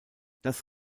das